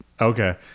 okay